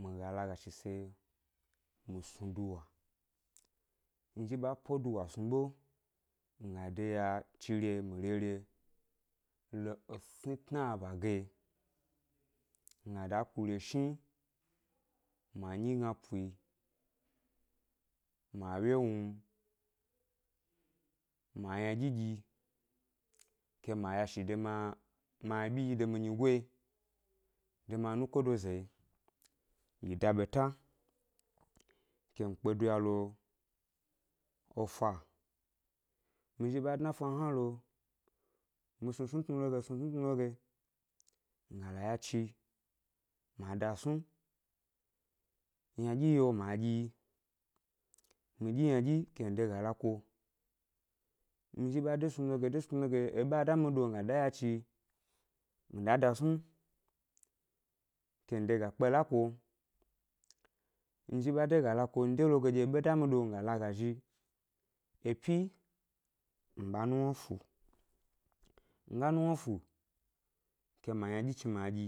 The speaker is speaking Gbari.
mi ga laga shise mi snu duwa, mi zhi ɓa po duwa snu ʻɓe, mi ga de yachire mi rere lo esni tnaba ge, nga dá kureshni ma nyigna pwi, ma ʻwye wnu, ma ynaɗyi ɗyi ke ma yashi de mi a mi abyi de mi nyigoyi de mianukodoza yi, mi da ɓeta, ke mi kpe duya lo efa, mizhi ɓa dna ʻfa hna lo, mi snu tnutnu lo ge snu tnutnu lo ge, mi ga la yachi ma da snu, ynaɗyi yio ma ɗyi, mi ɗyi ynaɗyi ke mi de ga la kuo, mi zhi ba de snu lo ge de snu lo ge eɓe a da mi ɗo, ma da yachi mi da snu ke mi de ga kpe la kuo, mizhi ɓa e ga la kupo ɗye eɓe da mi ɗo mi ga la ga zhi epyi mi ɓa nuwna fu, mi ga nuwna fu, ke ma ynaɗyi chni ma ɗyi